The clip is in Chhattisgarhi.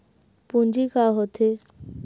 पूंजी का होथे?